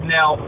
Now